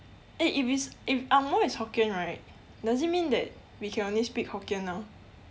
eh if it's if angmoh is hokkien right does it mean that we can only speak hokkien now